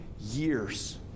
years